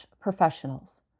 professionals